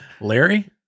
Larry